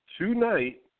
tonight